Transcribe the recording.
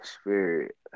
spirit